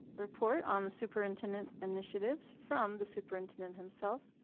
report on the superintendent initiatives from the superintendent himself,